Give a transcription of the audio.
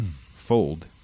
fold